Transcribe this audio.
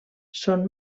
són